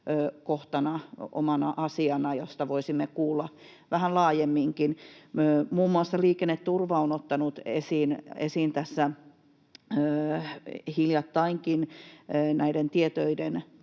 omana asianaan, josta voisimme kuulla vähän laajemminkin. Muun muassa Liikenneturva on ottanut esiin tässä hiljattainkin tietöiden